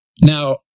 Now